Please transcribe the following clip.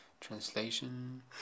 translation